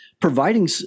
providing